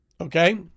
Okay